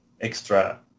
extra